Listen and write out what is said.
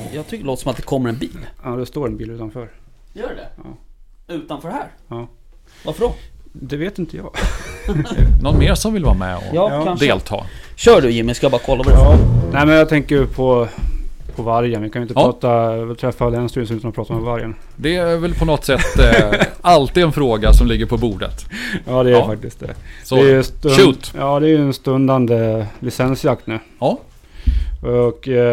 Jag tycker det låter som att det kommer en bil. Ja, det står en bil utanför. Gör det? Ja. Utanför här? Ja. Varför då? Det vet inte jag. Någon mer som vill vara med och Ja, Ja. delta? kanske. Kör du, Jimmy. Ska jag bara kolla vad det är för- Ja. Nej, men jag tänker ju på- på vargen. Vi kan ju inte Ja. prata- träffa Länsstyrelsen utan att prata om vargen. Det är väl på något sätt, eh, alltid en fråga som ligger på bordet. Ja, det är Ja. faktiskt det. Det Så, är ju stund- shoot. Ja, det är ju en stundande licensjakt nu. Ja. Och, eh,